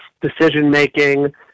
decision-making